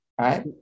right